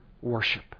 Worship